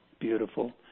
beautiful